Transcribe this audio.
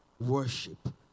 worship